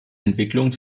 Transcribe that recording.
entwicklungen